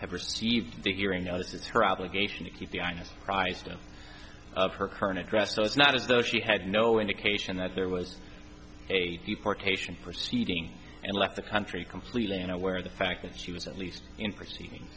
obligation to keep the price of her current address so it's not as though she had no indication that there was a deportation proceedings and left the country completely unaware of the fact that she was at least in proceedings